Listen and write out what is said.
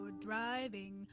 driving